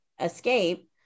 escape